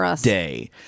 day